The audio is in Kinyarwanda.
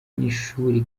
n’ishuri